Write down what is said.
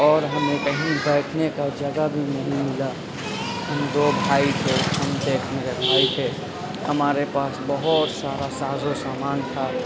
اور ہمیں کہیں بیٹھنے کا جگہ بھی نہیں ملا ہم دو بھائی تھے ہمارے پاس بہت سارا ساز و سامان تھا